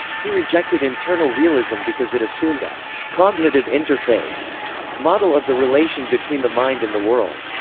he rejected internal realism because it assumed a cognitive interface model of the relation between the mind and the world.